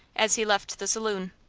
as he left the saloon.